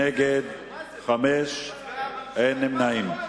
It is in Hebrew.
נגד, 5, אין נמנעים.